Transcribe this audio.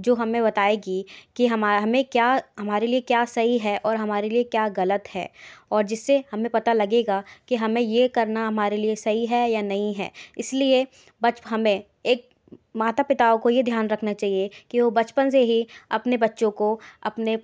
जो हमें बताएगी कि हमें क्या हमारे लिए क्या सही है और हमारे लिए क्या गलत है और जिससे हमें पता लगेगा कि हमें यह करना हमारे लिए सही है या नहीं है इसलिए बट हमें एक माता पिताओं को ये ध्यान रखना चाहिए कि वो बचपन से ही अपने बच्चों को अपने